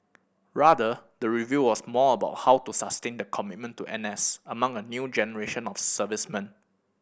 rather the review was more about how to sustain the commitment to N S among a new generation of servicemen